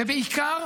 ובעיקר: